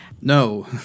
No